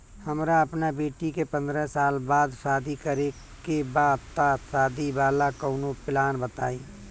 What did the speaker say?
हमरा अपना बेटी के पंद्रह साल बाद शादी करे के बा त शादी वाला कऊनो प्लान बताई?